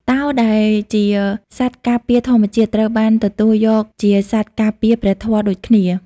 តោ ដែលជាសត្វការពារធម្មជាតិ ត្រូវបានទទួលយកជាសត្វការពារព្រះធម៌ដូចគ្នា។